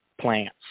plants